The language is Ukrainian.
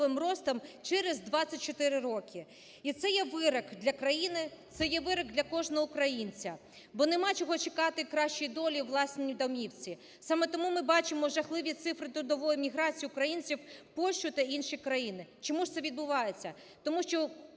ростом через 24 роки. І це є вирок для країни, це є вирок для кожного українця, бо немає чого чекати кращої долі у власній домівці. Саме тому ми бачимо жахливі цифри трудової міграції українців в Польщу та інші країни. Чому ж це відбувається? Тому що